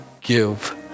give